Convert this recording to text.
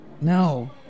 No